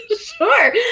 sure